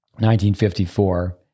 1954